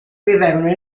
vivevano